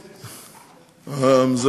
בבקשה.